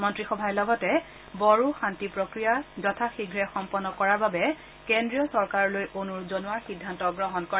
মন্ত্ৰীসভাই লগতে বড়ো শান্তি প্ৰক্ৰিয়া যথাশীঘে সম্পন্ন কৰাৰ বাবে কেন্দ্ৰীয় চৰকাৰলৈ অনুৰোধ জনোৱাৰ সিদ্ধান্ত গ্ৰহণ কৰে